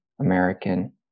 American